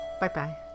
Bye-bye